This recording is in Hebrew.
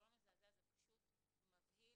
זה לא מזעזע, זה פשוט מבהיל.